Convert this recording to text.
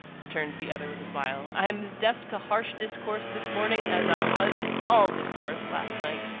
returned the other with a smile, i am as deaf to harsh discourse this morning as i was to all discourse last night.